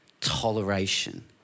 toleration